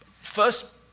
first